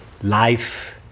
Life